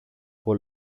που